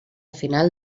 final